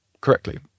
correctly